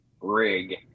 rig